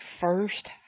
first